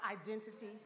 identity